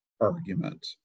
argument